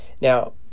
Now